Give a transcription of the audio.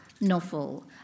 novel